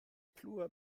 plua